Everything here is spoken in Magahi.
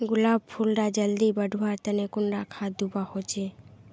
गुलाब फुल डा जल्दी बढ़वा तने कुंडा खाद दूवा होछै?